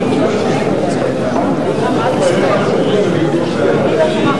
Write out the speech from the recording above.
תמיכות בענפי המשק (תמיכה בפעולות גופים),